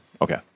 Okay